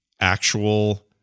actual